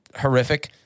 horrific